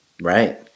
Right